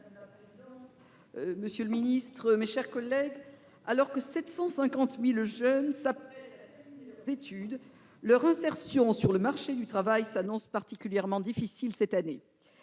Monsieur le secrétaire d'État, alors que 750 000 jeunes s'apprêtent à finir leurs études, leur insertion sur le marché du travail s'annonce particulièrement difficile cette année.